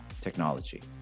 technology